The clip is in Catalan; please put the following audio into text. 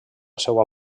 seua